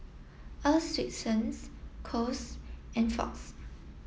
Earl's Swensens Kose and Fox